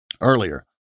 earlier